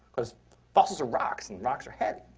because fossils are rocks, and rocks are heavy.